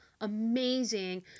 amazing